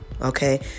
okay